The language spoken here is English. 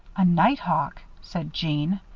a night-hawk, said jeanne.